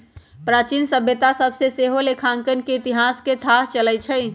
प्राचीन सभ्यता सभ से सेहो लेखांकन के इतिहास के थाह चलइ छइ